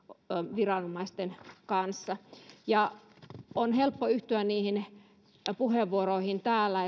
viranomaisten kanssa on helppo yhtyä niihin puheenvuoroihin täällä